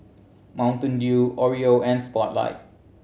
Mountain Dew Oreo and Spotlight